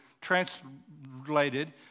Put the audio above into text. translated